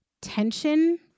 tension